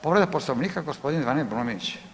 Povreda Poslovnika, g. Zvane Brumnić.